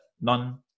none